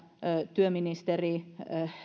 työministeri